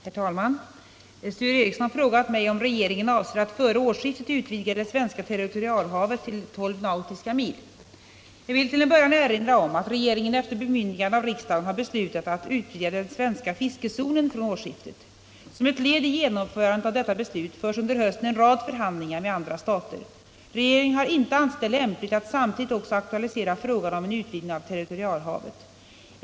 Herr talman! Sture Ericson har frågat mig om regeringen avser att före årsskiftet utvidga det svenska territorialhavet till tolv nautiska mil. Jag vill till en början erinra om att regeringen efter bemyndigande av riksdagen har beslutat att utvidga den svenska fiskezonen från årsskiftet. Som ett led i genomförandet av detta beslut förs under hösten en rad förhandlingar med andra stater. Regeringen har inte ansett det lämpligt att samtidigt också aktualisera frågan om en utvidgning av territorialhavet.